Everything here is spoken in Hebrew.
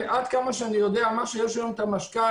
עד כמה שאני יודע יש היום את המשכ"ל,